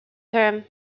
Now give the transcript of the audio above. term